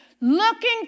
looking